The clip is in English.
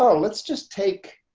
so let's just take